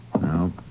No